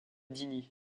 dini